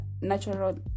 natural